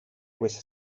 questa